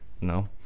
no